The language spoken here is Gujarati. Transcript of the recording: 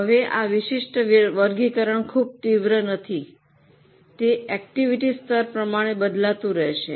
હવે આ વિશિષ્ટ વર્ગીકરણ ખૂબ તીવ્ર નથી તે આટીવીટી સ્તર પ્રમાણે બદલાતું રહેશે